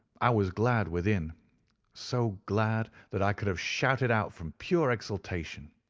i was glad within so glad that i could have shouted out from pure exultation.